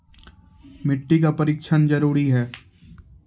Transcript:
मिट्टी का परिक्षण जरुरी है?